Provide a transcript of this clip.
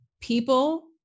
people